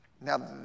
Now